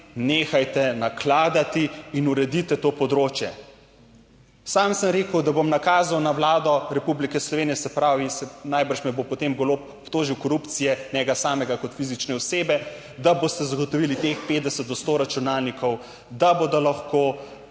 nehajte nakladati in uredite to področje! Sam sem rekel, da bom nakazal na Vlado Republike Slovenije, se pravi, se najbrž me bo potem Golob obtožil korupcije, njega samega kot fizične osebe, da boste zagotovili teh 50 do 100 računalnikov, da bodo lahko